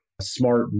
smart